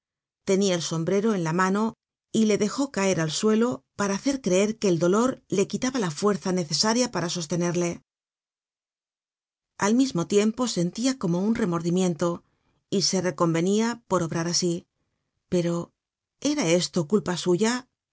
tenia el sombrero en la mano y le dejó caer al suelo para hacer creer que el dolor le quitaba la fuerza necesaria para sostenerle content from google book search generated at content from google book search generated at al mismo tiempo sentia como un remordimiento y se reconvenia por obrar asi pero era esto culpa suya